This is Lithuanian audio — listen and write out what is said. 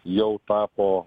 jau tapo